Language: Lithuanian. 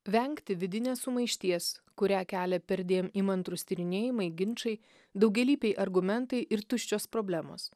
vengti vidinės sumaišties kurią kelia perdėm įmantrūs tyrinėjimai ginčai daugialypiai argumentai ir tuščios problemos